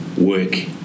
work